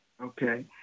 Okay